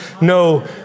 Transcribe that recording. no